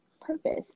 purpose